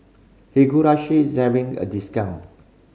is having a discount